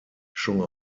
mischung